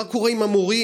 מה קורה עם המורים,